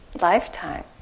lifetime